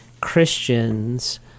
christians